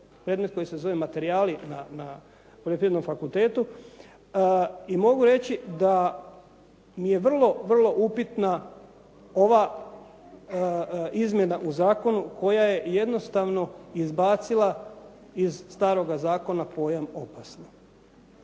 predmet koji se zove materijali na poljoprivrednom fakultetu i mogu reći da mi je vrlo vrlo upitna ova izmjena u zakonu koja je jednostavno izbacila iz staroga zakona pojam opasno.